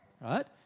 right